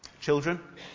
Children